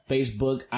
Facebook